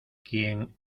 quien